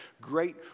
great